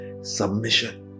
submission